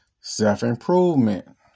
self-improvement